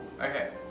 Okay